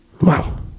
wow